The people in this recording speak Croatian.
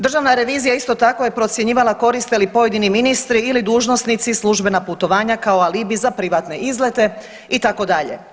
Državna revizija isto tako je procjenjivala koriste li pojedini ministri ili dužnosnici službena putovanja kao alibi za privatne izlete itd.